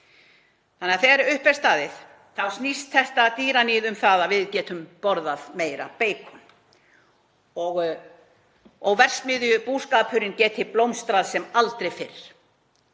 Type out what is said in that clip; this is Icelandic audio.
Þannig að þegar upp er staðið snýst þetta dýraníð um það að við getum borðað meira beikon og að verksmiðjubúskapurinn geti blómstrað sem aldrei fyrr